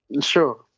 sure